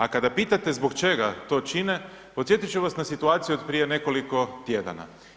A kada pitate zbog čega to čine, podsjetit ću vas na situaciju od prije nekoliko tjedana.